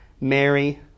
Mary